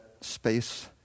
space